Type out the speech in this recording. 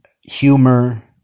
humor